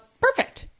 perfect.